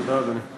תודה, אדוני.